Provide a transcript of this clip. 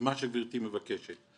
מה שגברתי מבקשת.